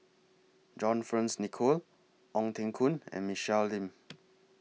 John Fearns Nicoll Ong Teng Koon and Michelle Lim